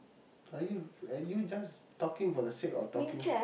are you are you just talking for the sake of talking